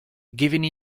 giving